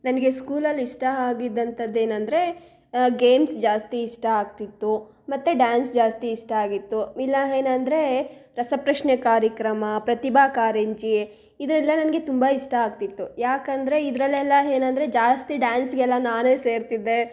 ನನಗೆ ಸ್ಕೂಲಲ್ಲಿ ಇಷ್ಟ ಆಗಿದ್ದಂತದ್ದೇನಂದರೆ ಗೇಮ್ಸ್ ಜಾಸ್ತಿ ಇಷ್ಟ ಆಗ್ತಿತ್ತು ಮತ್ತು ಡ್ಯಾನ್ಸ್ ಜಾಸ್ತಿ ಇಷ್ಟ ಆಗಿತ್ತು ಇಲ್ಲ ಏನಂದ್ರೆ ರಸಪ್ರಶ್ನೆ ಕಾರ್ಯಕ್ರಮ ಪ್ರತಿಭಾ ಕಾರಂಜಿ ಇದೆಲ್ಲ ನನಗೆ ತುಂಬ ಇಷ್ಟ ಆಗ್ತಿತ್ತು ಯಾಕಂದರೆ ಇದರಲೆಲ್ಲ ಏನಂದ್ರೆ ಜಾಸ್ತಿ ಡ್ಯಾನ್ಸಿಗೆಲ್ಲ ನಾನು ಸೇರ್ತಿದ್ದೆ